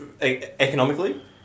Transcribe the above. economically